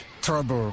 trouble